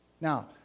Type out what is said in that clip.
Now